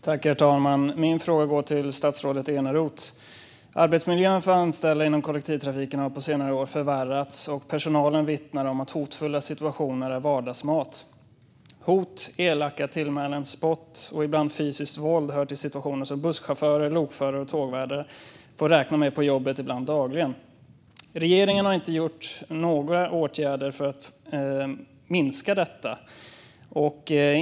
Herr talman! Min fråga går till statsrådet Eneroth. Arbetsmiljön för anställda inom kollektivtrafiken har på senare år försämrats. Personalen vittnar om att hotfulla situationer är vardagsmat. Hot, elaka tillmälen, spott och ibland fysiskt våld hör till situationer som busschaufförer, lokförare och tågvärdar får räkna med på jobbet - ibland dagligen. Regeringen har inte vidtagit några åtgärder för att minska detta.